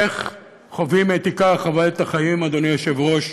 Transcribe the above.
איך חווים את עיקר חוויות החיים, אדוני היושב-ראש,